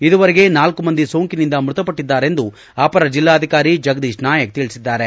ಇದುವರೆಗೆ ನಾಲ್ಲು ಮಂದಿ ಸೋಂಕಿನಿಂದ ಮೃತಪಟ್ಟಿದ್ದಾರೆಂದು ಅಪರ ಜಿಲ್ಲಾಧಿಕಾರಿ ಜಗದೀಶ್ ನಾಯಕ್ ತಿಳಿಸಿದ್ದಾರೆ